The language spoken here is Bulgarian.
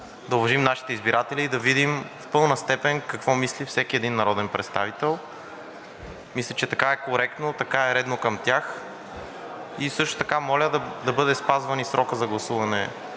да уважим нашите избиратели и да видим в пълна степен какво мисли всеки един народен представител. Мисля, че така е коректно, така е редно към тях. И също така моля да бъде спазван и времевият срок за гласуване,